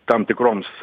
tam tikroms